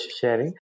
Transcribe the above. sharing